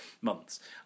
months